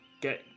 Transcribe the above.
get